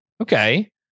Okay